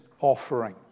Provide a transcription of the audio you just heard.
offering